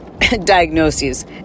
diagnoses